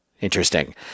interesting